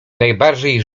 najbardziej